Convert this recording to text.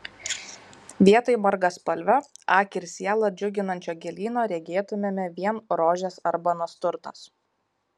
vietoj margaspalvio akį ir sielą džiuginančio gėlyno regėtumėme vien rožes arba nasturtas